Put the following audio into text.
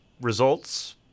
results